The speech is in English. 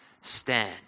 stand